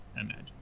imagine